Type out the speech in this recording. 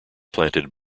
planted